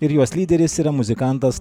ir jos lyderis yra muzikantas